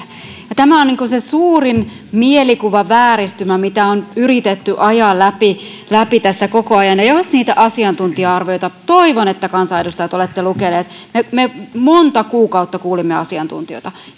tämä on se suurin mielikuvavääristymä mitä on yritetty ajaa läpi tässä koko ajan ja jos te niitä asiantuntija arvioita luette toivon että kansanedustajat olette lukeneet me monta kuukautta kuulimme asiantuntijoita